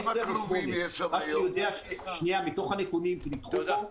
עשר או --- מה שאני יודע מתוך הנתונים שניתחו פה --- תודה,